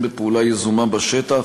הן בפעולה יזומה בשטח